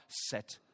set